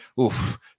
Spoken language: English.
oof